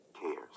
cares